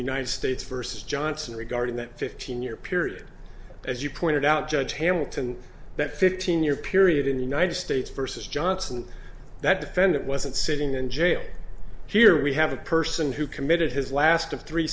united states versus johnson regarding that fifteen year period as you pointed out judge hamilton that fifteen year period in the united states versus johnson that defendant wasn't sitting in jail here we have a person who committed his last of three